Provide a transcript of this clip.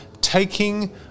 taking